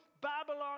Babylon